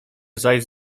zajść